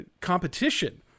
competition